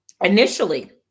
initially